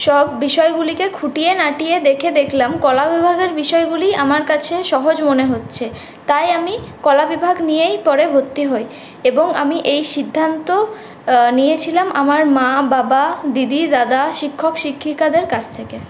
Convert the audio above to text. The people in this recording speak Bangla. সব বিষয়গুলিকে খুঁটিয়ে নাটিয়ে দেখে দেখলাম কলা বিভাগের বিষয়গুলিই আমার কাছে সহজ মনে হচ্ছে তাই আমি কলা বিভাগ নিয়েই পরে ভর্তি হই এবং আমি এই সিদ্ধান্তও নিয়েছিলাম আমার মা বাবা দিদি দাদা শিক্ষক শিক্ষিকাদের কাছ থেকে